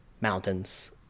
mountains